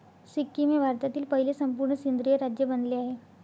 सिक्कीम हे भारतातील पहिले संपूर्ण सेंद्रिय राज्य बनले आहे